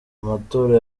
amatora